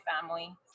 family